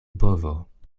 bovo